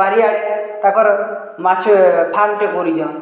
ବାରିଆଡେ ତାଙ୍କର୍ ମାଛ ଫାର୍ମ୍ଟେ କରିଛନ୍